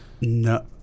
No